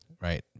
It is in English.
Right